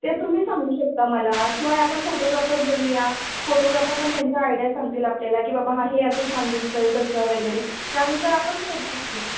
ते तुम्ही सांगू शकता मला शिवाय आपण फोटोग्राफर बोलवूया फोटोग्राफर पण त्यांच्या आयडिया सांगतील आपल्याला की बाबा हा हे असं छान दिसत आहे तसं वगैरे त्यानुसार आपण करू शकतो